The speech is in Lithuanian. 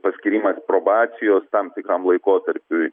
paskyrimas probacijos tam tikram laikotarpiui